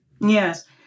Yes